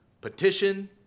Petition